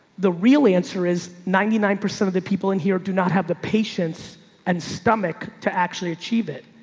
the real answer is ninety nine percent of the people in here do not have the patients and stomach to actually achieve it.